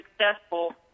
successful